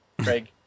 Craig